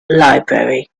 library